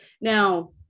now